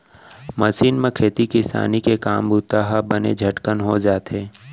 machine म खेती किसानी के काम बूता ह बने झटकन हो जाथे